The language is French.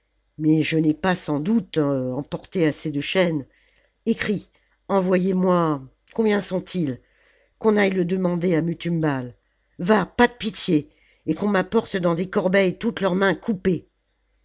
mais je nai pas sans doute emporte assez de chaînes ecris envoyez-moi combien sont-ils qu'on aille le demander à m une balle va pas de pitié et qu'on m'apporte dans des corbeilles toutes leurs mains coupées